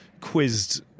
quizzed